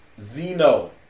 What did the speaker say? Zeno